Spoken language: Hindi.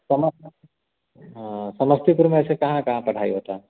समा हाँ समस्तीपुर में ऐसे कहाँ कहाँ पढ़ाई होती है